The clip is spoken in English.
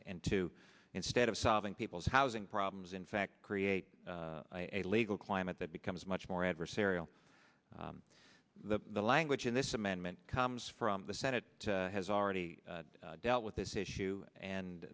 to instead of solving people's housing problems in fact create a legal climate that becomes much more adversarial the the language in this amendment comes from the senate has already dealt with this issue and